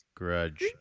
Grudge